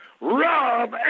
Rob